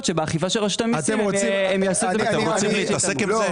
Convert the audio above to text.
שבאכיפה של רשות המסים הם --- אתם רוצים להתעסק עם זה,